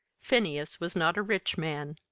phineas was not a rich man.